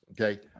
okay